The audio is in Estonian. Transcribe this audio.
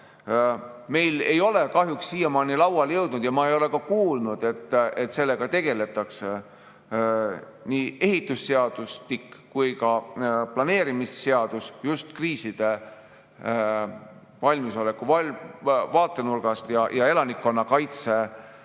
Meil ei ole kahjuks siiamaani lauale jõudnud – ja ma ei ole ka kuulnud, et sellega tegeldaks – ei ehitusseadustik ega planeerimisseadus just kriisideks valmisoleku vaatenurgast ja elanikkonnakaitse